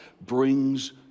brings